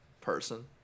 person